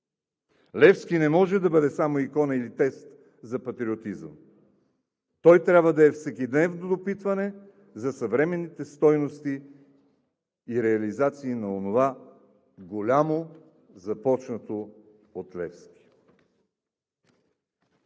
Левски не може да бъде само икона или тест за патриотизъм – той трябва да е всекидневно допитване за съвременните стойности и реализации на онова голямо, започнато от Левски.